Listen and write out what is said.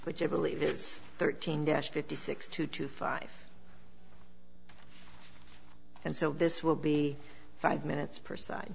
which i believe it's thirteen dash fifty six two to five and so this will be five minutes per s